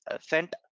sent